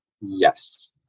Yes